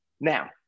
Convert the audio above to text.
now